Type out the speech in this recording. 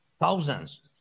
thousands